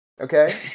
Okay